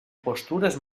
postures